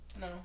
No